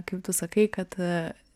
kaip tu sakai kad